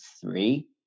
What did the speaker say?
three